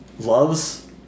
loves